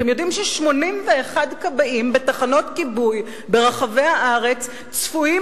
אתם יודעים ש-81 כבאים בתחנות כיבוי ברחבי הארץ צפויים